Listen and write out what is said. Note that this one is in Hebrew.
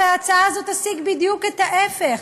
הרי ההצעה הזאת תשיג בדיוק את ההפך.